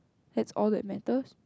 that's all that matters